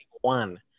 One